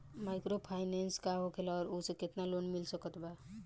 Microfinance का होखेला और ओसे केतना लोन मिल सकत बा?